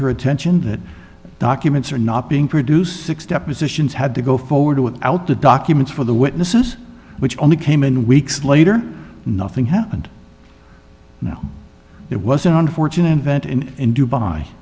your attention that documents are not being produced six depositions had to go forward without the documents for the witnesses which only came in weeks later nothing happened now it was an unfortunate event in in dubai